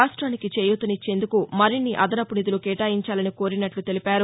రాష్ట్రానికి చేయూతనిచ్చేందుకు మరిన్ని అదనపు నిధులు కేటాయించాలని కోరినట్లు తెలిపారు